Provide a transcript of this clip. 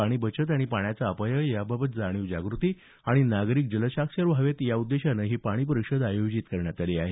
पाणी बचत आणि पाण्याचा अपव्यय याबाबत जाणीव जागृती आणि नागरिक जलसाक्षर व्हावेत या उद्देशानं ही पाणी परिषद आयोजित करण्यात आली आहे